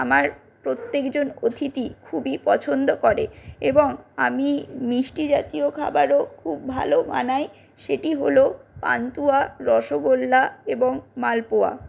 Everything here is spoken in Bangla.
আমার প্রত্যেকজন অতিথি খুবই পছন্দ করে এবং আমি মিষ্টি জাতীয় খাবারও খুব ভালো বানাই সেটি হল পান্তুয়া রসগোল্লা এবং মালপোয়া